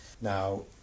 now